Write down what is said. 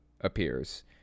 Appears